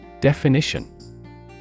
Definition